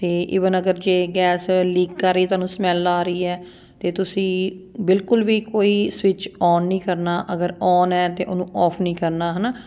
ਅਤੇ ਈਵਨ ਅਗਰ ਜੇ ਗੈਸ ਲੀਕ ਕਰ ਰਹੀ ਤੁਹਾਨੂੰ ਸਮੈਲ ਆ ਰਹੀ ਹੈ ਤਾਂ ਤੁਸੀਂ ਬਿਲਕੁਲ ਵੀ ਕੋਈ ਸਵਿਚ ਆਨ ਨਹੀਂ ਕਰਨਾ ਅਗਰ ਆਨ ਹੈ ਤਾਂ ਉਹਨੂੰ ਆਫ ਨਹੀਂ ਕਰਨਾ ਹੈ ਨਾ